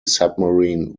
submarine